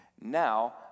Now